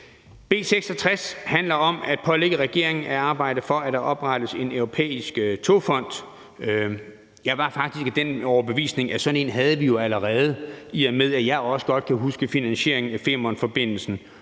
B 66 handler om at pålægge regeringen at arbejde for, at der oprettes en europæisk togfond. Jeg var faktisk af den overbevisning, at sådan en havde vi allerede, i og med at jeg også godt kan huske finansieringen af Femernforbindelsen,